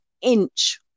inch